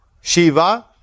Shiva